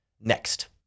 Next